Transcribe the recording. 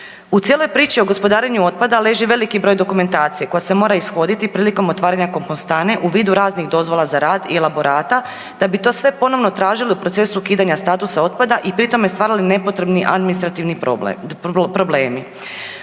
U cijeloj priči o gospodarenju otpada leži veliki broj dokumentacije koja se mora ishoditi prilikom otvaranja kompostane u vidu raznih dozvola za rad i elaborata da bi to sve ponovno tražili u procesu ukidanja statusa otpada i pri tome stvarali nepotrebni administrativni problemi.